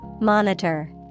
Monitor